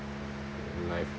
like